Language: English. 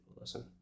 listen